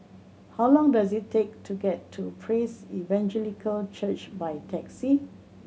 how long does it take to get to Praise Evangelical Church by taxi